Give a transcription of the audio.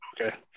Okay